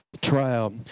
trial